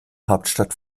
hauptstadt